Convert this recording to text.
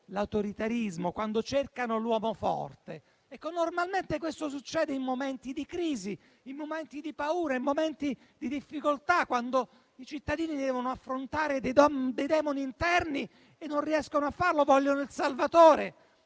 l'autoritarismo, quando cercano l'uomo forte, normalmente questo succede in momenti di crisi, di paura, di difficoltà, quando i cittadini devono affrontare dei demoni interni e non riescono a farlo, quindi vogliono il salvatore.